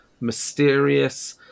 mysterious